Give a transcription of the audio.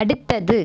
அடுத்தது